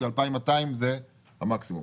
ו-2,200 זה המקסימום.